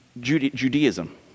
Judaism